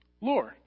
Lord